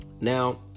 Now